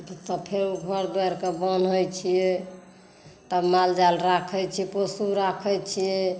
तऽ फेर ओ घर दुआरि के बन्है छियै तऽ माल जाल राखै छियै पशु राखै छियै